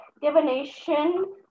divination